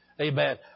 Amen